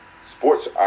sports